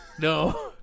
No